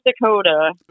Dakota